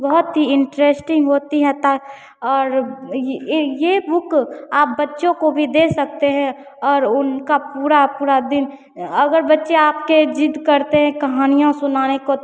बहुत ही इन्ट्रेस्टिन्ग होती हैं तो और यह यह बुक आप बच्चों को भी दे सकते हैं और उनका पूरा पूरा दिन अगर बच्चे आपके ज़िद करते हैं कहानियाँ सुनाने को